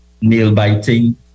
nail-biting